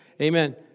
Amen